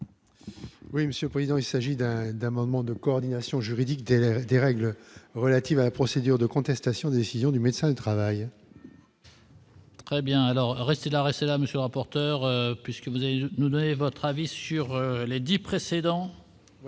Oui Monsieur Président, il s'agit d'un d'moment de coordination juridique des règles relatives à la procédure de contestation, décision du médecin du travail. Très bien, alors restez là rester là monsieur rapporteur puisque vous avez nous donner votre avis sur les 10 précédents. Je